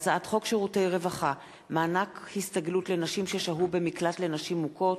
הצעת חוק שירותי רווחה (מענק הסתגלות לנשים ששהו במקלט לנשים מוכות),